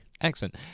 Excellent